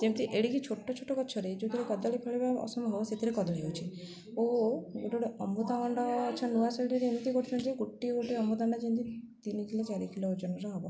ଯେମିତି ଏଡ଼ିକି ଛୋଟ ଛୋଟ ଗଛରେ ଯେଉଁଥିରେ କଦଳୀ ଫଳିବା ଅସମ୍ଭବ ସେଥିରେ କଦଳୀ ହେଉଛି ଓ ଗୋଟେ ଗୋଟେ ଅମୃତଭଣ୍ଡା ଗଛ ନୂଆ ଶୈଳରେ ଏମିତି କରୁଛନ୍ତି ଯେ ଗୋଟିଏ ଗୋଟେ ଅମୃତଭଣ୍ଡା ଯେମତି ତିନି କିଲୋ ଚାରି କିଲୋ ଓଜନର ହବ